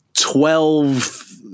twelve